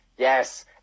Yes